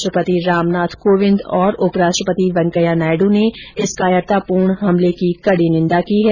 राष्ट्रपति रामनाथ कोविंद और उप राष्ट्रपति वेंकैया नायडु ने इस कायरतापूर्ण हमले की कड़ी निंदा की है